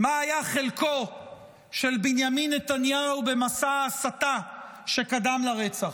מה היה חלקו של בנימין נתניהו במסע ההסתה שקדם לרצח.